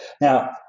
Now